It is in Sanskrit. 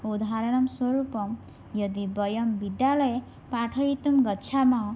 उदाहरणं स्वरूपं यदि वयं विद्यालये पाठयितुं गच्छामः